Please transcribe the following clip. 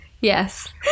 yes